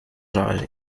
jarez